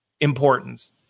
importance